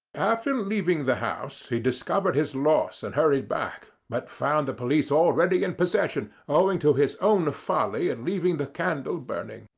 after leaving the house he discovered his loss and hurried back, but found the police already in possession, owing to his own folly in and leaving the candle burning.